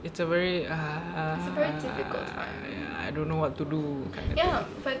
it's a very ah ya I don't know what to do kind of thing